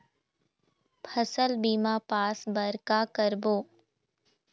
फसल बीमा पास बर का करबो?